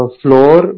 floor